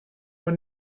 one